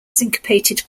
syncopated